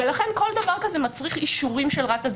ולכן כל דבר כזה מצריך אישורים של רת"א,